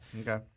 Okay